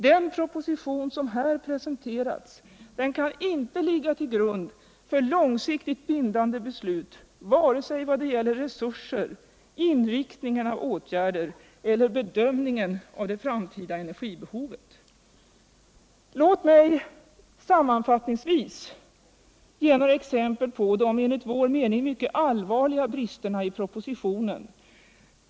Den proposition som här presenterats kan inte ligga till grund för långsiktigt bindande beslut vad gäller resurser, inriktning av åtgärder eller bedömningen av det framtida energibehovet. Låt mig sammanfattningsvis ge några cxempel på de enligt vår mening mycket allvarliga bristerna t propositionen.